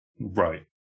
Right